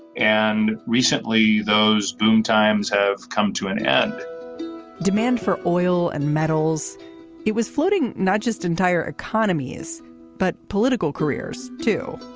and recently those boom times have come to an end demand for oil and metals it was floating not just entire economies but political careers too.